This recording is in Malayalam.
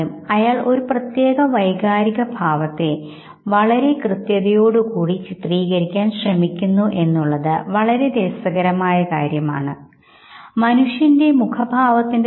നിങ്ങൾ യഥാർത്ഥത്തിൽ സന്തോഷവാൻ ആണെങ്കിൽ അല്ല നിങ്ങൾക്ക് സന്തോഷം ഇല്ല എന്നുണ്ടെങ്കിൽ മുഖത്തിന്റെ രണ്ടു വശങ്ങളിലും കൃത്യമായി അത് പ്രതിഫലിക്കും